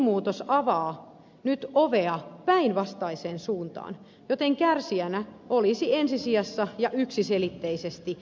lakimuutos avaa nyt ovea päinvastaiseen suuntaan joten kärsijänä olisi ensi sijassa ja yksiselitteisesti tiede